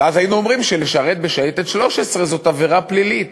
ואז היינו אומרים שלשרת בשייטת 13 זאת עבירה פלילית,